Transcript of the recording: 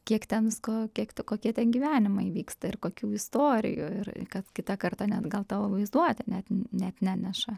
kiek ten visko kiek kokie ten gyvenimai vyksta ir kokių istorijų ir kad kitą kartą net gal tavo vaizduotė net net neneša